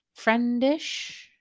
friendish